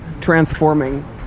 transforming